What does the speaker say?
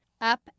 Up